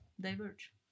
diverge